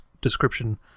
description